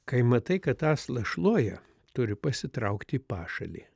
kai matai kad aslą šluoja turi pasitraukti į pašalį